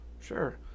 Sure